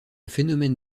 phénomène